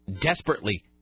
desperately